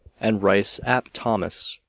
and rice ap thomas,